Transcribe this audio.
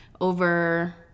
over